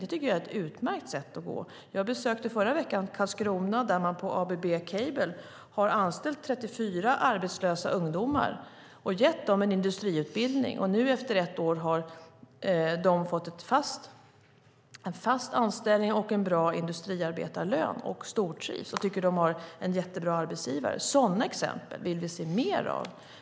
Det tycker jag är ett utmärkt sätt. Jag besökte i förra veckan Karlskrona, där man på ABB Cable har anställt 34 arbetslösa ungdomar och gett dem en industriutbildning. Nu efter ett år har de fått en fast anställning och en bra industriarbetarlön. De stortrivs och tycker att de har en jättebra arbetsgivare. Sådana exempel vill vi se mer av.